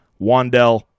Wandell